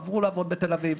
עברו לעבוד בתל אביב.